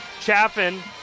Chaffin